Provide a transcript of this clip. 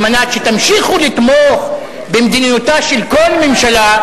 על מנת שתמשיכו לתמוך במדיניותה של כל ממשלה,